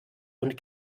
und